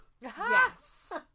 Yes